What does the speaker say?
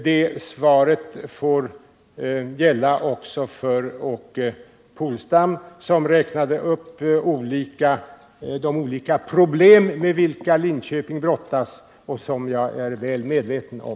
Det svaret får gälla också för Åke Polstam, som räknade upp de olika problem med vilka Linköping brottas och som jag är väl medveten om.